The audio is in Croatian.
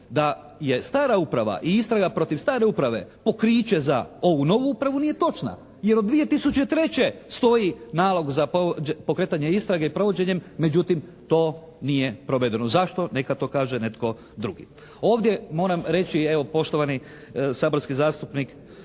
da je stara uprava i istraga protiv stare uprave pokriće za ovu novu upravu nije točna. Jer od 2003. stoji nalog za pokretanje istrage i provođenjem. Međutim, to nije provedeno. Zašto? Neka to kaže netko drugi. Ovdje moram reći evo poštovani saborski zastupnik